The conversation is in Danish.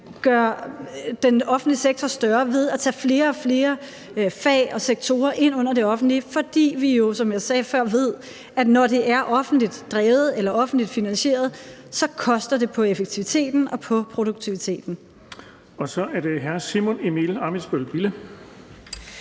gør den offentlige sektor større ved at tage flere og flere fag og sektorer ind under det offentlige, fordi vi jo – som jeg sagde før – ved, at når det er offentligt drevet eller offentligt finansieret, så koster det på effektiviteten og på produktiviteten. Kl. 17:56 Den fg. formand (Erling